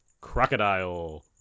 Crocodile